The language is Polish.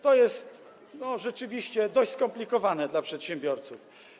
To jest rzeczywiście dość skomplikowane dla przedsiębiorców.